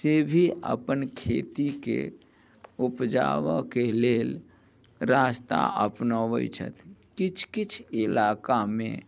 जेभी अपन खेतीके उपजाबऽके लेल रास्ता अपनाबैत छथि किछु किछु इलाकामे